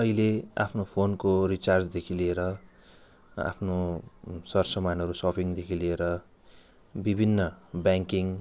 अहिले आफ्नो फोनको रिचार्जदेखि लिएर आफ्नो सर सामानहरू सपिङदेखि लिएर विभिन्न ब्याङ्किङ